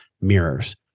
mirrors